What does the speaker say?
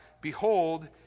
behold